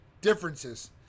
differences